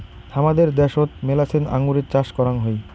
হামাদের দ্যাশোত মেলাছেন আঙুরের চাষ করাং হই